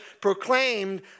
proclaimed